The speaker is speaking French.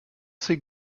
ses